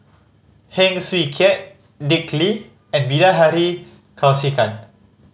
Heng Swee Keat Dick Lee and Bilahari Kausikan